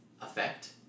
effect